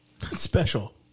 special